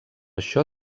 això